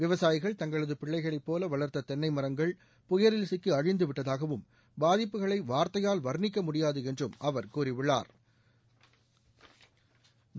விவசாயிகள் தங்களது பிள்ளைகளைப் போல வளர்த்த தென்ளை மரங்கள் புயலில் சிக்கி அழிந்துவிட்டதாகவும் பாதிப்புகளை வார்த்தையால் வா்ணிக்க முடியாது என்றும் அவா் கூறியுள்ளாா்